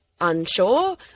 unsure